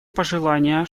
пожелание